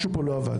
משהו פה לא עבד.